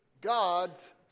God's